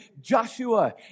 Joshua